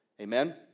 Amen